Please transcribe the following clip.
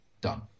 Done